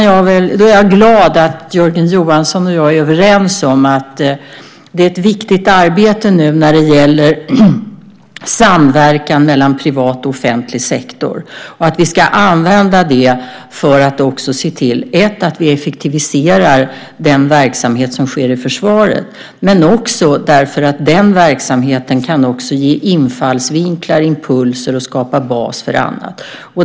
Jag är glad att Jörgen Johansson och jag är överens om att det är ett viktigt arbete att samverka mellan privat och offentlig sektor. Det ska användas till att först och främst effektivisera den verksamhet som sker i försvaret, men också för att den verksamheten också kan ge infallsvinklar, impulser och skapa bas för annat.